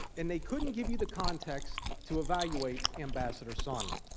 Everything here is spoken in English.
and they couldn't give you the context to evaluate ambassador sondland.